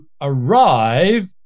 arrive